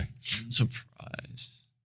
Surprise